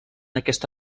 aquesta